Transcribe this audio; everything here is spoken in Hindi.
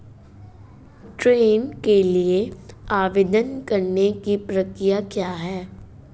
ऋण के लिए आवेदन करने की प्रक्रिया क्या है?